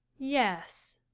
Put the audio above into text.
yes.